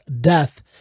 death